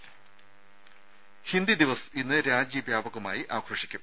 ദേദ ഹിന്ദി ദിവസ് ഇന്ന് രാജ്യവ്യാപകമായി ആഘോഷിക്കും